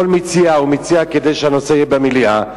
כל מציע הוא מציע כדי שהנושא יהיה במליאה,